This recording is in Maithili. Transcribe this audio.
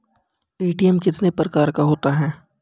ए.टी.एम कितने प्रकार का होता हैं?